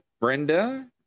Brenda